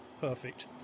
perfect